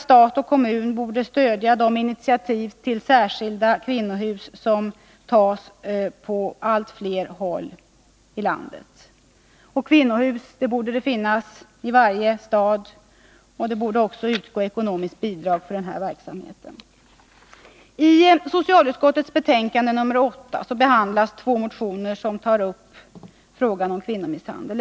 Stat och kommun borde också stödja de initiativ till särskilda kvinnohus som tas på allt fler håll i landet. Det borde finnas ett kvinnohus i varje större stad, och ekonomiskt bidrag för denna verksamhet borde utgå. I socialutskottets betänkande nr 8 behandlas två motioner som tar upp frågan om kvinnomisshandel.